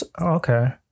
okay